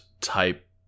type